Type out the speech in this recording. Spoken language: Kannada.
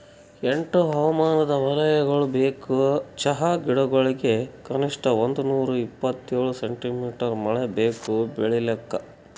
ಎಂಟು ಹವಾಮಾನದ್ ವಲಯಗೊಳ್ ಬೇಕು ಚಹಾ ಗಿಡಗೊಳಿಗ್ ಕನಿಷ್ಠ ಒಂದುನೂರ ಇಪ್ಪತ್ತೇಳು ಸೆಂಟಿಮೀಟರ್ ಮಳೆ ಬೇಕು ಬೆಳಿಲಾಕ್